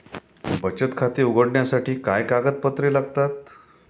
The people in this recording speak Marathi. बचत खाते उघडण्यासाठी काय कागदपत्रे लागतात?